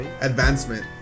advancement